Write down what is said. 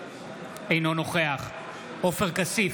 אינו נוכח עופר כסיף,